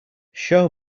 show